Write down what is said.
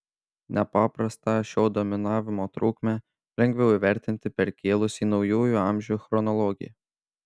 nepaprastą šio dominavimo trukmę lengviau įvertinti perkėlus į naujųjų amžių chronologiją